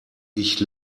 ich